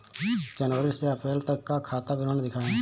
जनवरी से अप्रैल तक का खाता विवरण दिखाए?